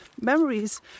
memories